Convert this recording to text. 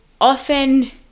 often